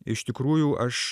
iš tikrųjų aš